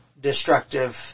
destructive